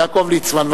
יעקב ליצמן.